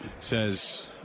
says